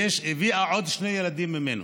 והביאה עוד שני ילדים ממנו.